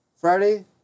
Friday